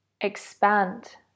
expand